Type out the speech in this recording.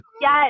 Yes